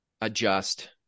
adjust